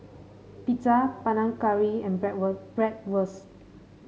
Pizza Panang Curry and Bratwurst